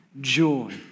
joy